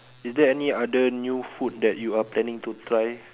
is there any other new food that you are planning to try